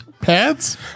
pads